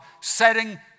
setting